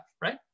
right